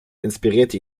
inspirierte